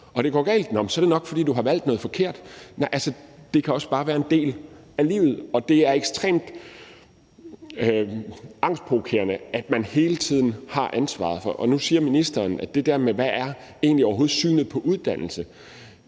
når det går galt, er det nok, fordi du har valgt noget forkert. Altså, det kan også bare være en del af livet, og det er ekstremt angstprovokerende, at man hele tiden har ansvaret. Nu spørger ministeren til det der: Hvad er egentlig overhovedet synet på uddannelse?